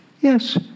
Yes